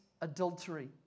adultery